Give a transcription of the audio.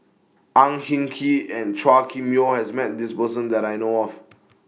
Ang Hin Kee and Chua Kim Yeow has Met This Person that I know of